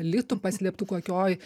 litų paslėptų kokioj